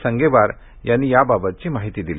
संगेवार यांनी याबाबतची माहिती दिली